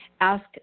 Ask